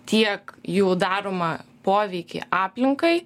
tiek jų daromą poveikį aplinkai